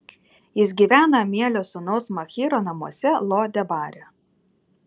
jis gyvena amielio sūnaus machyro namuose lo debare